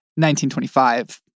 1925